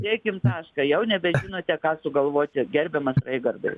dėkim tašką jau nebežinote ką sugalvoti gerbiamas raigardai